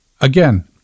again